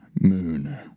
moon